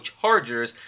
Chargers